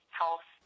health